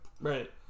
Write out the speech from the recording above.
Right